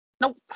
Nope